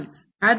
ಆದ್ದರಿಂದ ನಾವು ಈ